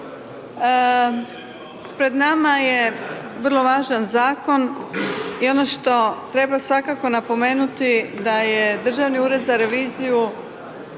Pred nama je Vrlo važan zakon i ono što treba svakako napomenuti da je Državni ured za reviziju